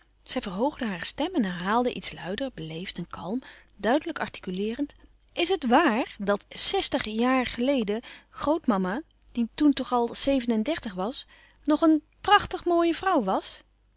zij verhoogde hare stem en herhaalde iets luider beleefd en kalm duidelijk artikuleerend is het waar dat zèstig jaar geleden grootmama die toen toch al zeven-en-dertig was nog een pràchtig mooie vrouw was